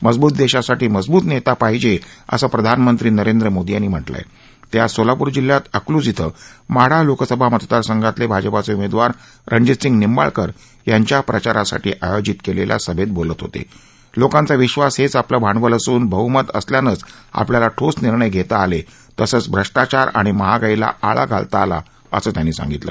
मजबूत दश्विसाठी मजबूत नसी पाहिज असं प्रधानमंत्री नरेंद्र मोदी यांनी म्हटलं आह त आज सोलापूर जिल्ह्यात अकलूज ब्रिं माढा लोकसभा मतदारसंघातलभाजपाचउमद्ववार रणजिंतसिंह निंबाळकर यांच्या प्रचारासाठी आयोजित कलिख्या प्रचारसभक्त बोलत होत लोकांचा विश्वास हद्यआपलं भांडवल असून बहुमत असल्यानंच आपल्याला ठोस निर्णय घत्ती आल निसंच भ्रष्टाचार आणि महागाईला आळा घालता आला असं त्यांनी सांगितलं